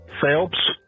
Phelps